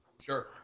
Sure